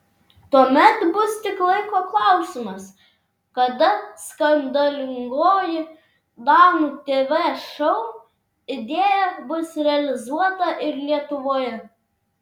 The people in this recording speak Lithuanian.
tuomet bus tik laiko klausimas kada skandalingoji danų tv šou idėja bus realizuota ir lietuvoje